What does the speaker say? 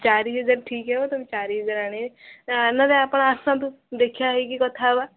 ଚାରି ହଜାର ଠିକ୍ ହେବ ତମେ ଚାରି ହଜାର ଆଣିବେ ନହେଲେ ଆପଣ ଆସନ୍ତୁ ଦେଖା ହେଇକି କଥା ହେବା